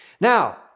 Now